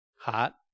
hot